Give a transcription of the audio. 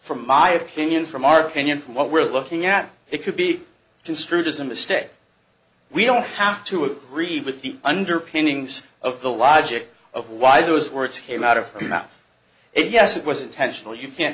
from my opinion from our kenyan from what we're looking at it could be construed as a mistake we don't have to agree with the underpinnings of the logic of why those words came out of the mouth and yes it was intentional you can't